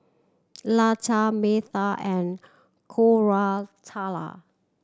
Lata Medha and Koratala